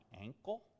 ankle